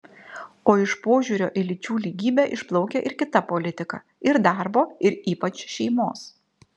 o iš požiūrio į lyčių lygybę išplaukia ir kita politika ir darbo ir ypač šeimos